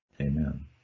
Amen